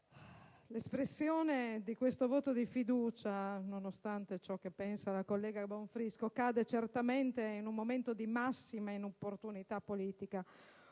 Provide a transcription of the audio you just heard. l'espressione di questo voto di fiducia, nonostante ciò che pensa la collega Bonfrisco, cade certamente in un momento di massima inopportunità politica,